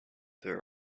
there